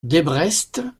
desbrest